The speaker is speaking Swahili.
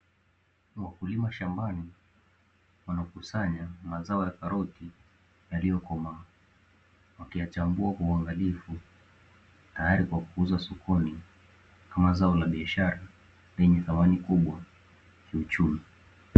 Wakulima shambani wanakusanya mazao ya karoti yaliyokomaa, wakiyachambua kwa uangalifu tayari kwa kuuzwa sokoni kama zao la biashara lenye thamani kubwa kiuchumi.